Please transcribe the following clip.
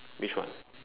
which one